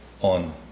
on